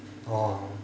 oh